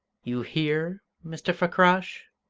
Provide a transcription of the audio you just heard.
you hear, mr. fakrash?